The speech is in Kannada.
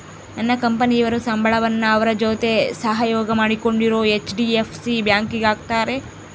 ನನ್ನ ಕಂಪನಿಯವರು ಸಂಬಳವನ್ನ ಅವರ ಜೊತೆ ಸಹಯೋಗ ಮಾಡಿಕೊಂಡಿರೊ ಹೆಚ್.ಡಿ.ಎಫ್.ಸಿ ಬ್ಯಾಂಕಿಗೆ ಹಾಕ್ತಾರೆ